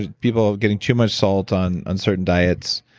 ah people getting too much salt on on certain diets.